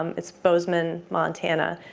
um it's bozeman, montana.